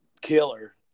Killer